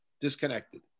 disconnected